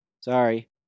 Sorry